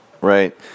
Right